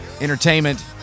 entertainment